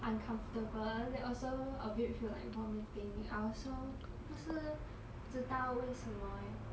uncomfortable then also a bit feel like vomiting I also 不是知道为什么 leh